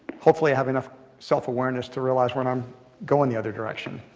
hopefully, i have enough self-awareness to realize when i'm going the other direction.